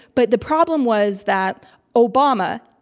but the problem was that obama,